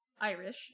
Irish